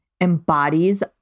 embodies